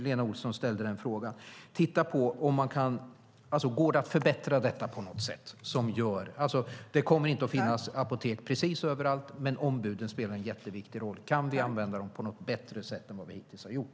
Lena Olsson ställde den frågan. Går det att förbättra detta på något sätt? Det kommer inte att finnas apotek precis överallt, men ombuden spelar en jätteviktig roll. Kan vi använda dem på något bättre sätt än vad vi hittills har gjort?